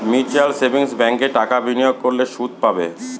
mutual savings ব্যাঙ্কে টাকা বিনিয়োগ করলে সুদ পাবে